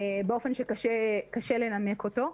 באופן שקשה לנמק אותו.